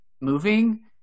moving